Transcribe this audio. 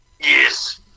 Yes